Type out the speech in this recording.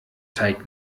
teig